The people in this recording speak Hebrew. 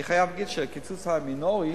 אני חייב להגיד שהקיצוץ המינורי,